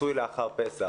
רצוי לאחר פסח.